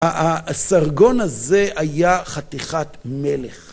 הסרגון הזה היה חתיכת מלך.